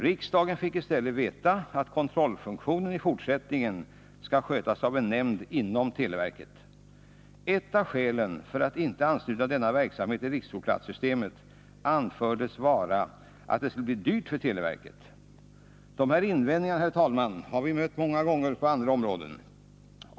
Riksdagen fick i stället veta att kontrollfunktionen i fortsättningen skulle skötas av en nämnd inom televerket. Ett av skälen mot att ansluta denna verksamhet till riksprovplatssystemet anfördes vara att det skulle bli dyrt för televerket. Dessa invändningar, herr talman, har vi mött många gånger på andra områden.